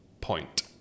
point